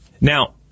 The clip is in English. Now